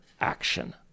action